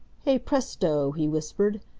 hey, presto! he whispered.